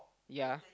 yea